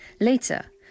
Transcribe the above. Later